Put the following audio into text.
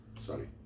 sorry